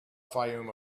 fayoum